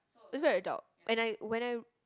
it's very adult and I when I